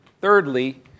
thirdly